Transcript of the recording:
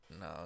No